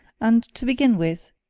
and to begin with,